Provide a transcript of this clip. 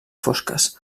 fosques